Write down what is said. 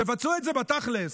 תבצעו את זה בתכלס.